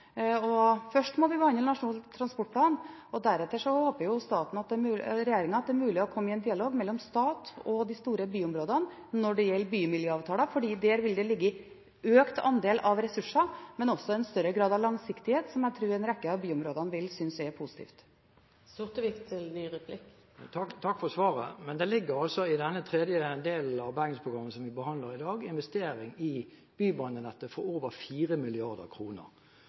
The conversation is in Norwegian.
Først må vi behandle Nasjonal transportplan, og deretter håper jo regjeringen at det er mulig å få en dialog mellom stat og de store byområdene når det gjelder bymiljøavtaler, for der vil det ligge en økt andel av ressurser, men også en større grad av langsiktighet, noe jeg tror en rekke av byområdene vil synes er positivt. Takk for svaret. Men i denne tredje delen av Bergensprogrammet som vi behandler i dag, ligger det altså en investering i bybanenettet på over